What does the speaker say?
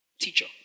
Teacher